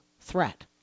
threat